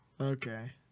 okay